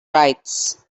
rights